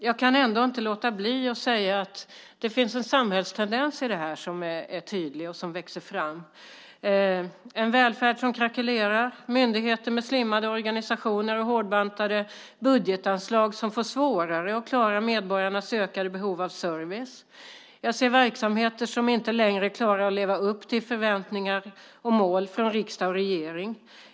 Jag kan ändå inte låta bli att säga att det finns en samhällstendens i det här som är tydlig och som växer fram. Det är en välfärd som krackelerar, myndigheter med slimmade organisationer och hårdbantade budgetanslag som gör det svårare att klara medborgarnas ökade behov av service. Jag ser verksamheter som inte längre klarar av att leva upp till förväntningar och mål från riksdag och regering.